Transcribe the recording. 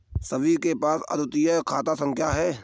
सभी के पास अद्वितीय खाता संख्या हैं